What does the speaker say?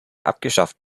abgeschafft